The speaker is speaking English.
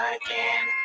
again